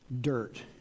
dirt